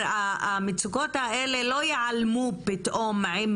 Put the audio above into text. זאת אומרת המצוקות האלה לא ייעלמו פתאום עם